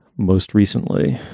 most recently?